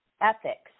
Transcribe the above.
ethics